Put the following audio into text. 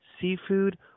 seafood